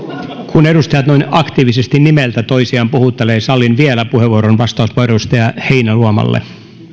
kun edustajat noin aktiivisesti nimeltä toisiaan puhuttelevat sallin vielä vastauspuheenvuoron edustaja heinäluomalle